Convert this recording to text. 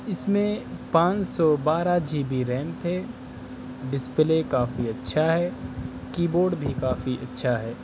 اس میں پانچ سو بارہ جی بی ریم تھے ڈسپلے کافی اچھا ہے کیبورڈ بھی کافی اچھا ہے